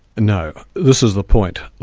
no. this is the point.